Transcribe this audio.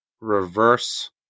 reverse